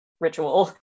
ritual